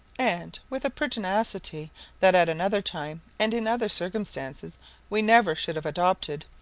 and, with a pertinacity that at another time and in other circumstances we never should have adopted,